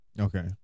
Okay